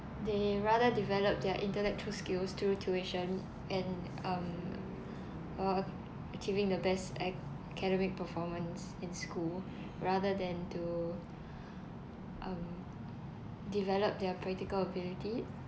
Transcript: they rather develop their intellectual skills through tuition and um uh achieving the best academic performance in school rather than to um develop their practical ability